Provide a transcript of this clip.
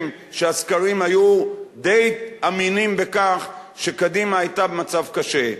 שהסקרים היו די אמינים בכך שקדימה היתה במצב קשה.